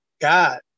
God